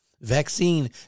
vaccine